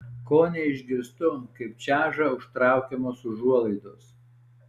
kone išgirstu kaip čeža užtraukiamos užuolaidos